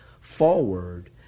forward